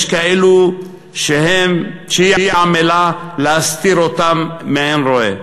כאלה שהיא עמלה להסתיר אותם מעין רואה,